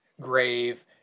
grave